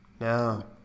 No